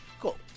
Cool